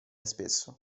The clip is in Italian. spesso